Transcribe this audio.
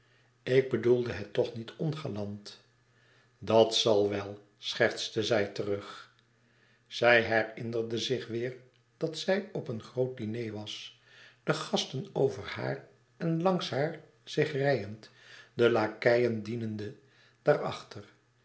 ik bedoelde het toch niet ongalant dat zal wel schertste zij terug zij herinnerde zich weêr dat zij op een groot diner was de gasten over haar en langs haar zich reiend de lakeien dienende